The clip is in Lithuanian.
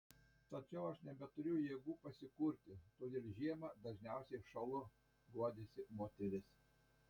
tačiau aš nebeturiu jėgų pasikurti todėl žiemą dažniausiai šąlu guodėsi moteris